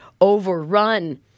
overrun